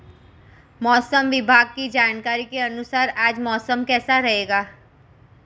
मौसम विभाग की जानकारी के अनुसार आज मौसम कैसा रहेगा?